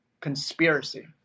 Conspiracy